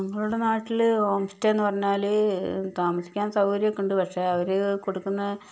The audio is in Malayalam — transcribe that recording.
ഞങ്ങളുടെ നാട്ടിൽ ഹോംസ്റ്റേ എന്നു പറഞ്ഞാൽ താമസിക്കാൻ സൗകര്യമൊക്കെ ഉണ്ട് പക്ഷെ അവർ കൊടുക്കുന്ന